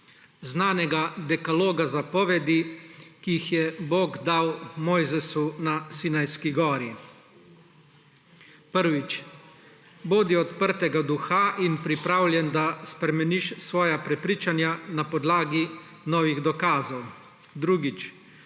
znanega dekaloga zapovedi, ki jih je bod dal Mojzesu na Sinajski gori. Prvič, bodi odprtega duha in pripravljen, da spremeniš svoja prepričanja na podlagi novih dokazov. Drugič,